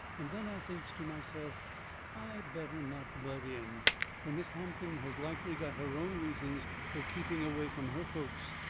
and then i thinks to myself i better not butt in. fur miss hampton has likely got her own reasons fur keeping away from her folks,